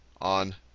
on